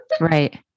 Right